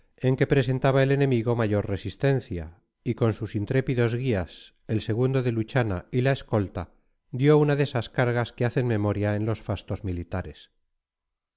en que presentaba el enemigo mayor resistencia y con sus intrépidos guías el o de luchana y la escolta dio una de esas cargas que hacen memoria en los fastos militares